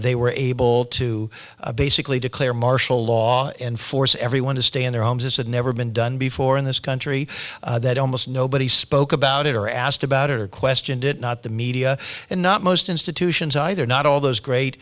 they were able to basically declare martial law and force everyone to stay in their homes as had never been done before in this country that almost nobody spoke about it or asked about it or questioned it not the media and not most institutions either not all those great